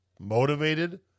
motivated